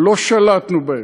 לא שלטנו בהם,